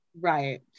right